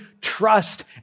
trust